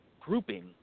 grouping